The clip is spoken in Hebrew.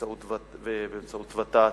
באמצעות ות"ת,